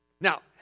Now